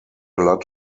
lot